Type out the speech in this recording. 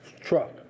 truck